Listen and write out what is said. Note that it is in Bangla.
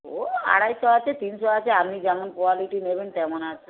ও আড়াইশো আছে তিনশো আছে আপনি যেমন কোয়ালিটি নেবেন তেমন আছে